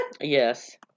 Yes